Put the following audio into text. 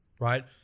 right